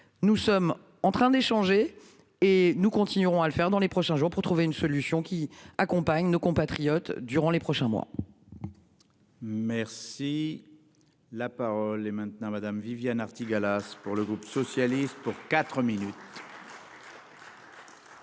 Nous sommes en train d'échanger et nous continuerons à le faire dans les prochains jours pour trouver une solution qui accompagne nos compatriotes durant les prochains mois. Merci. La parole est maintenant Madame Viviane Artigalas pour le groupe socialiste pour 4 minutes.